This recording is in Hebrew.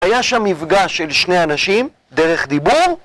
היה שם מפגש של שני אנשים, דרך דיבור